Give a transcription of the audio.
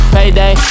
Payday